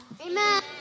Amen